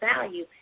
value